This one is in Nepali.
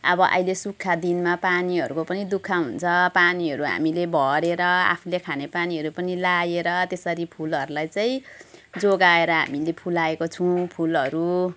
अब अहिले सुक्खा दिनमा पानीहरूको पनि दुःख हुन्छ पानीहरू हामीले भरेर आफूले खाने पानीहरू पनि लगाएर त्यसरी फुलहरूलाई चाहिँ जोगाएर हामीले फुलाएको छौँ फुलहरू